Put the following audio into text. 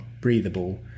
breathable